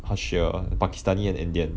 harsher pakistani and indian